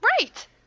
Right